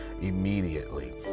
immediately